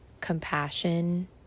compassion